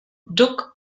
duck